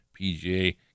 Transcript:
PGA